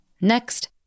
Next